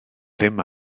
ddim